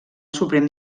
suprem